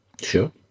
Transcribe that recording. Sure